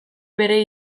bere